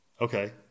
okay